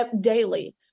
daily